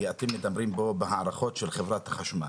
כי אתם מדברים פה בהערכות של חברת החשמל.